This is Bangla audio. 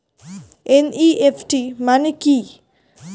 এন.ই.এফ.টি মানে কি?